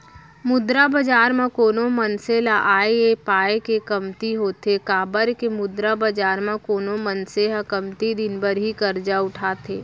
मुद्रा बजार म कोनो मनसे ल आय ऐ पाय के कमती होथे काबर के मुद्रा बजार म कोनो मनसे ह कमती दिन बर ही करजा उठाथे